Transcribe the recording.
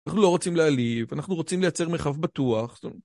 אנחנו לא רוצים להעליב, אנחנו רוצים לייצר מרחב בטוח